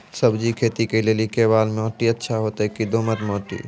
सब्जी खेती के लेली केवाल माटी अच्छा होते की दोमट माटी?